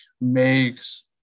makes